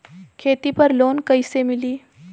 खेती पर लोन कईसे मिली?